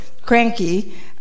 cranky